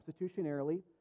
substitutionarily